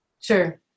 Sure